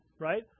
right